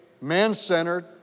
man-centered